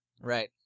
Right